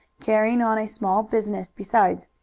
carrying on a small business besides.